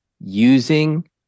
Using